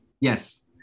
Yes